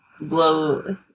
blow